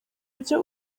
byo